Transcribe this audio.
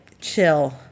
Chill